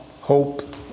hope